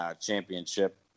championship